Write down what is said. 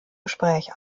gespräch